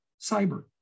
cyber